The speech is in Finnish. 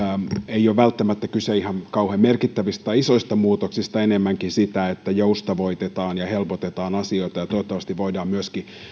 ei ole välttämättä kyse ihan kauhean merkittävistä tai isoista muutoksista enemmänkin siitä että joustavoitetaan ja helpotetaan asioita toivottavasti voidaan myöskin esimerkiksi